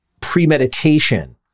premeditation